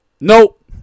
Nope